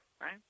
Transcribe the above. right